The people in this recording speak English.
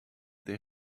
their